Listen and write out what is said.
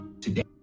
Today